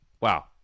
Wow